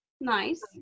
nice